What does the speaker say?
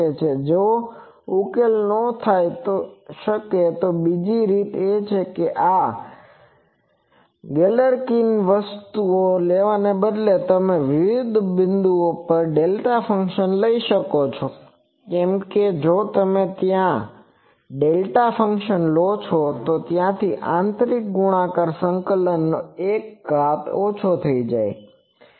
જો તે ઉકેલ ન થઈ શકે તો બીજી રીત છે કે આ ગેલેરકિન વસ્તુઓ લેવાને બદલે તમે વિવિધ બિંદુઓ પર ડેલ્ટા ફંક્શન લઇ શકો છો કેમ કે જો તમે ત્યાં ડેલ્ટા ફંક્શન લો છો તો ત્યાં આંતરિક ગુણાકાર સંકલનનો એક ઘાત ઓછો થઈ જાય છે